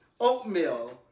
Oatmeal